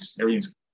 everything's